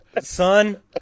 Son